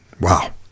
Wow